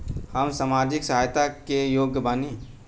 हम सामाजिक सहायता के योग्य बानी?